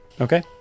Okay